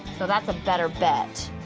so that's a better bet.